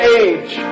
age